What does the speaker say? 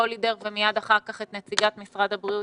רולידר ומיד אחר כך את נציגת משרד הבריאות,